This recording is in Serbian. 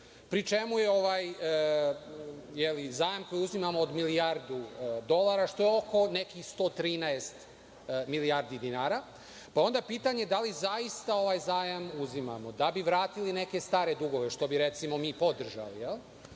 pri čemu je zajam koji uzimamo od milijardu dolara, što je oko nekih 113 milijardi dinara. Onda pitanje – da li zaista ovaj zajam uzimamo da bi vratili neke stare dugove, što bi recimo mi podržali